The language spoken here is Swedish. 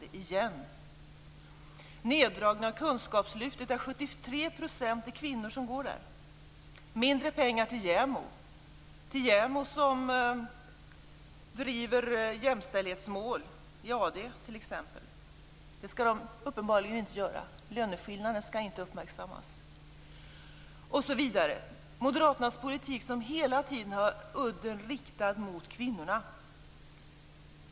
De vill ha en neddragning av kunskapslyftet, där 73 % av de studerande är kvinnor. Det blir mindre pengar till JämO, som t.ex. driver jämställdhetsmål i AD. Det skall JämO uppenbarligen inte få göra. Löneskillnader skall inte uppmärksammas. Moderaternas politik har hela tiden udden riktad mot kvinnorna.